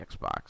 Xbox